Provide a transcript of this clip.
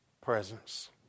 presence